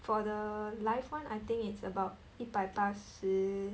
for the life one I think it's about 一百八十